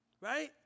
right